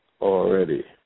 Already